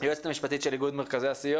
היועצת המשפטית של איגוד מרכזי הסיוע.